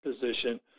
position